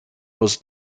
was